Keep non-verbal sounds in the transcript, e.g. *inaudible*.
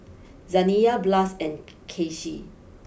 Zaniyah Blas and *noise* Kacie